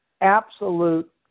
absolute